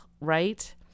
right